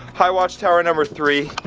hi watch tower number three.